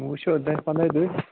وَ وٕچھو دَہہ پَنداہہ دُہۍ